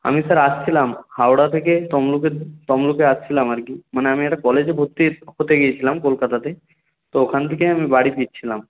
আমি স্যার আসছিলাম হাওড়া থেকে তমলুকে তমলুকে আসছিলাম আর কি মানে আমি একটা কলেজে ভর্তি হতে গিয়েছিলাম কলকাতাতে তো ওখান থেকে আমি বাড়ি ফিরছিলাম